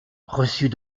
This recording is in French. reçues